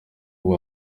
ubu